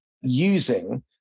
using